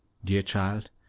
dear child,